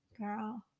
Girl